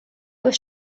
was